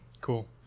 Cool